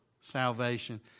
salvation